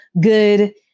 good